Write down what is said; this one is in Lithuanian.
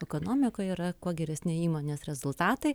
ekonomikoj yra kuo geresni įmonės rezultatai